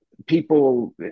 People